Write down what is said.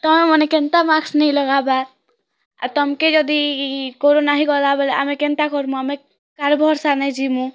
କ'ଣ ମାନେ କେନ୍ତା ମାସ୍କ୍ ନେଇ ଲଗାବା ଆଉ ତମ୍କେ ଯଦି କୋରନା ହେଇ ଗଲା ବୋଲେ ଆମେ କେନ୍ତା କର୍ମୁ ଆମେ କା ଭରସା ନାଇଁ ଜିମୁଁ